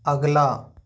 अगला